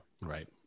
Right